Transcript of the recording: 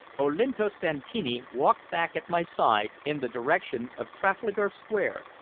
olinto santini walked back at my side in the direction of trafalgar square,